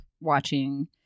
watching